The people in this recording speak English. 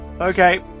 Okay